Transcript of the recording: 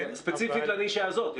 ספציפית לנישה הזאת.